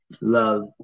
love